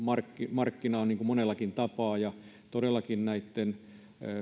markkinaan monellakin tapaa ja myös näitten